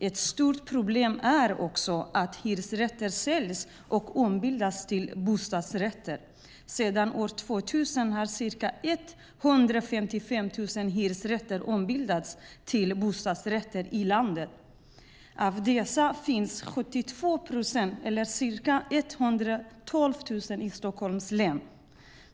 Ett stort problem är också att hyresrätter säljs och ombildas till bostadsrätter. Sedan år 2000 har ca 155 000 hyresrätter ombildats till bostadsrätter i landet. Av dessa finns 72 procent eller ca 112 000 i Stockholms län.